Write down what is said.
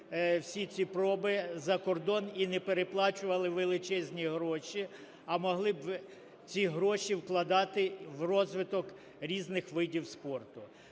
всі ці проби за кордон і не переплачували величезні гроші, а могли б ці гроші вкладати в розвиток різних видів спорту.